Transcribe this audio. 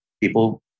people